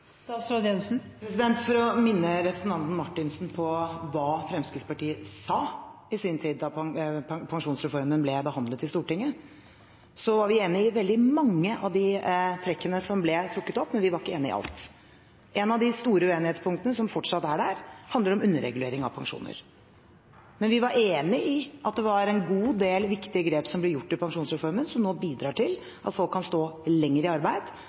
For å minne representanten Marthinsen på hva Fremskrittspartiet sa i sin tid, da pensjonsreformen ble behandlet i Stortinget: Vi var enig i veldig mange av de trekkene som ble trukket opp, men vi var ikke enig i alt. Et av de store uenighetspunktene, som fortsatt er der, handler om underregulering av pensjoner. Men vi var enig i at det var en god del viktige grep som ble gjort i pensjonsreformen, som nå bidrar til at folk kan stå lenger i arbeid,